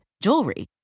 jewelry